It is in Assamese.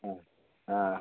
অঁ অঁ